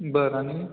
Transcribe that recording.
बरं आणि